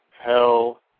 Hell